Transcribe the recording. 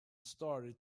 started